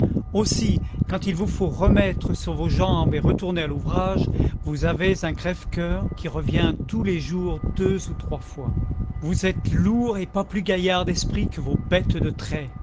aussi quand il vous faut remettre sur vos jambes et retourner à l'ouvrage vous avez un crève-coeur qui revient tous les jours deux ou trois fois vous êtes lourds et pas plus gaillards d'esprits que vos bêtes de trait